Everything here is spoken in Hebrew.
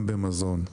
גם במזון,